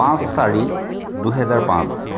পাঁচ চাৰি দুহেজাৰ পাঁচ